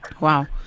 Wow